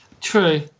True